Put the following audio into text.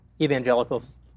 evangelicals